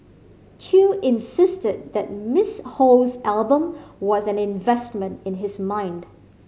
Chew insisted that Miss Ho's album was an investment in his mind